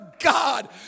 God